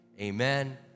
amen